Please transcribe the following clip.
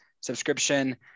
subscription